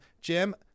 Jim